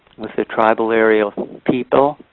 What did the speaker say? with the tribal area people.